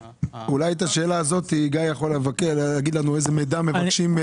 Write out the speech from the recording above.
אולי בהמשך לשאלה הזאת גיא יכול לומר לנו איזה מידע מבקשים.